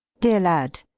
dear lad,